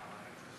נתקבלה.